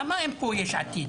למה אין פה יש עתיד?